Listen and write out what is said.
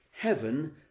Heaven